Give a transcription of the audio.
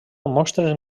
mostren